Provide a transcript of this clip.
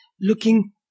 looking